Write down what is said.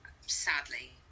sadly